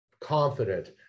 confident